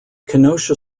kenosha